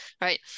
right